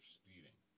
speeding